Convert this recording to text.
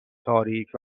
تاریک